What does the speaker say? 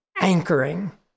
anchoring